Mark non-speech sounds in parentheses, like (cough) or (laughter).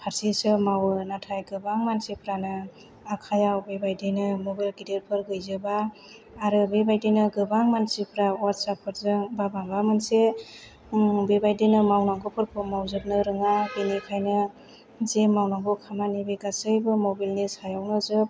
फारसेसो मावो नाथाय गोबां मानसिफ्रानो आखायाव बेबादिनो मबाइल गिदिरफोर गैजोबा आरो बेबायदिनो गोबां मानसिफोरा (unintelligible) माबा मोनसे बेबायदिनो मावनांगौफोरखौ मावजोबनो रोङा बेनिखायनो जे मावनांगौ खामानि बे गासैबो मुबाइलनि सायावनो जोब